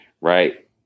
right